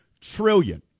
trillion